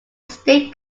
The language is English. state